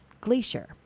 Glacier